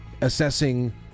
assessing